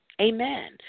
amen